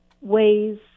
ways